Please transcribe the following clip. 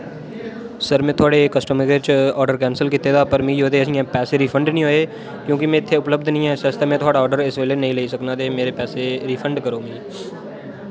sir में थुआढ़े customer च आर्डर कैंसल कीते दा पर मिगी उसदे ऐसी जां पैसे रिफंड नी होए क्योंकि में इत्थै उपलब्ध नेईं आं इस आस्तै में थुआढ़ा आर्डर इस बेल्लै नेईं लेई सकनां ते मेरे पैसे रिफंड करो मीं